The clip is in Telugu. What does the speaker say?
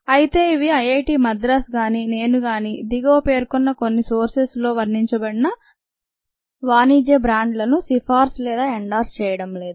అయితే ఇవి ఐఐటీ మద్రాస్ గానీ నేను గానీ దిగువ పేర్కొన్న కొన్న సోర్సెస్ లో వర్ణించబడిన వాణిజ్య బ్రాండ్లను సిఫార్సు లేదా ఎండార్స్ చేయడం లేదు